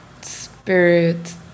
spirit